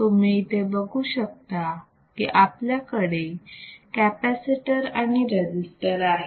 तुम्ही इथे बघू शकता की आपल्याकडे कॅपॅसिटर आणि रजिस्टर आहे